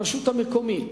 הרשות המקומית,